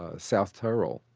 ah south tyrol,